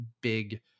big